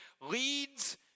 leads